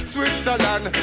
Switzerland